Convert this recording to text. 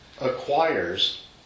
acquires